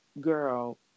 girl